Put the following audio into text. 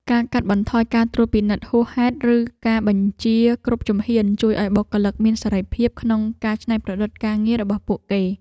ការកាត់បន្ថយការត្រួតពិនិត្យហួសហេតុឬការបញ្ជាគ្រប់ជំហាន ជួយឱ្យបុគ្គលិកមានសេរីភាពក្នុងការច្នៃប្រឌិតការងាររបស់ពួកគេ។